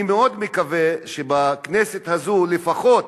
אני מאוד מקווה שבכנסת הזאת לפחות